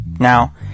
Now